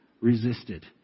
resisted